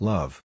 Love